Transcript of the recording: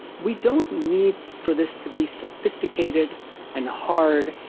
we don't need for this to be sophisticated and hard,